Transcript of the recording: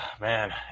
man